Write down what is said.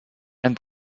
and